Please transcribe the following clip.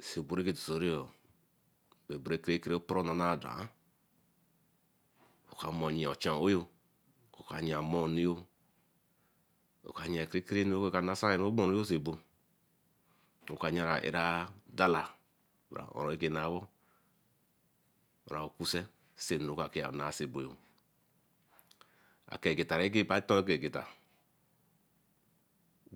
se oporo nne do an oh ka mere nye ehen ooyo, oka yea omor onu yo oka yea a kere kere nu eka nasan so ogbonru yo so ebo oka yea ra arah dalla oren ke nah woh bran cuse say enu ka nasa say ebo. Akegeta rakin bayin ko ageta